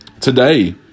today